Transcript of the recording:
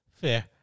Fair